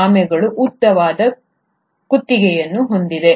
ಆಮೆಗಳು ಉದ್ದವಾದ ಕುತ್ತಿಗೆಯನ್ನು ಹೊಂದಿದ್ದವು